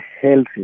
healthy